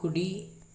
కుడి